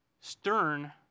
stern